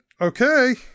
okay